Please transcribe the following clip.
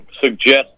suggest